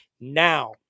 Now